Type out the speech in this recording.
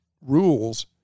rules